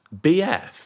BF